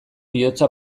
bihotza